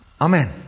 Amen